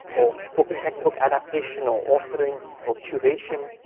or open textbook adaptation, or authoring or curation,